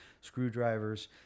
screwdrivers